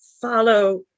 follow